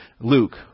Luke